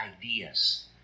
ideas